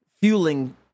fueling